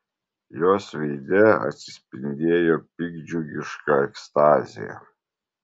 jos veide atsispindėjo piktdžiugiška ekstazė